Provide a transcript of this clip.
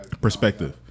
perspective